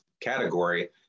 category